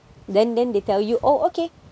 then then they tell you oh okay